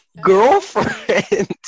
Girlfriend